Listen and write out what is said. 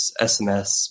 SMS